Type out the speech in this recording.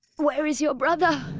where is your brother?